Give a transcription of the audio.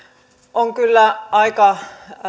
on kyllä aika